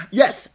yes